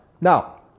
Now